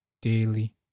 daily